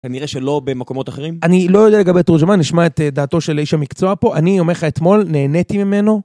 כנראה שלא במקומות אחרים. אני לא יודע לגבי תורג'מן, נשמע את דעתו של איש המקצוע פה. אני אומר לך, אתמול נהניתי ממנו.